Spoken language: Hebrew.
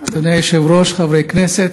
אדוני היושב-ראש, חברי כנסת,